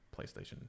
PlayStation